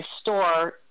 store